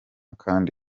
kandi